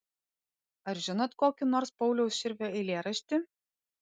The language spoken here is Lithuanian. ar žinot kokį nors pauliaus širvio eilėraštį